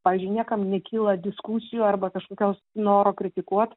pavyzdžiui niekam nekyla diskusijų arba kažkokios noro kritikuot